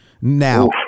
now